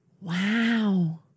Wow